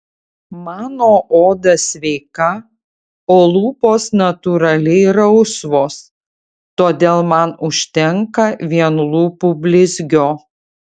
mano oda sveika o lūpos natūraliai rausvos todėl man užtenka vien lūpų blizgio